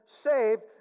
saved